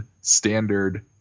standard